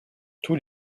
tous